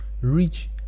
reach